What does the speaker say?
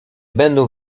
będą